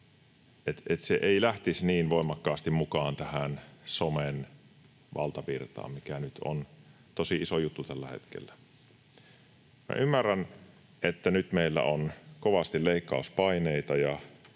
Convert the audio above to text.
se ei lähtisi niin voimakkaasti mukaan tähän somen valtavirtaan, mikä nyt on tosi iso juttu tällä hetkellä. Ymmärrän, että meillä on nyt kovasti leikkauspaineita,